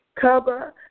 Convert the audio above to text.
cover